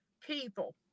people